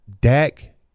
Dak